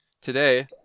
today